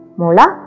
mula